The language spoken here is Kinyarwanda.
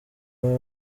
buri